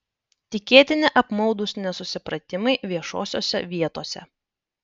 tikėtini apmaudūs nesusipratimai viešosiose vietose